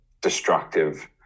destructive